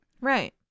Right